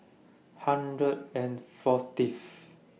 hundred and fortieth